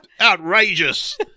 Outrageous